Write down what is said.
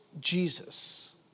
Jesus